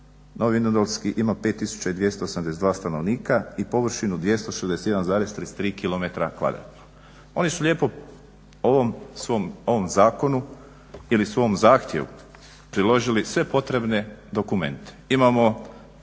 Novi vinodolski ima 5 282 stanovnika i površinu 261,33 km². Oni su lijepo ovom svom, ovom zakonu ili svom zahtjevu priložili sve potrebne dokumente.